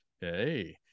Hey